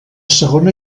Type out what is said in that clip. segona